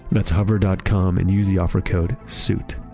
that's hover dot com and use the offer code suit